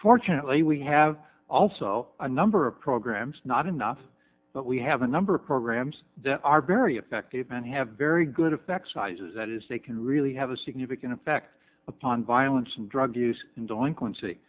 fortunately we have also a number of programs not enough but we have a number of programs that are very effective and have very good effect sizes that is they can really have a significant effect upon violence and drug use in delinquen